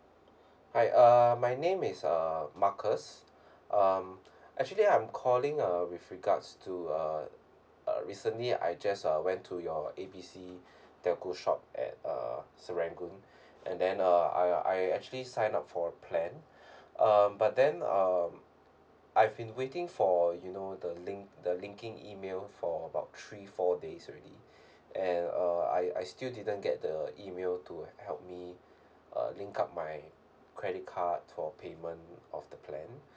hi uh my name is uh marcus um actually I'm calling uh with regards to uh uh recently I just uh went to your A B C telco shop at uh serangoon and then uh I I actually sign up for a plan um but then um I've been waiting for you know the link the linking email for about three four days already and uh I I still didn't get the email to help me uh link up my credit card for payment of the plan